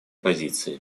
позиции